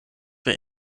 wir